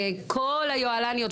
כל היוהל"ניות,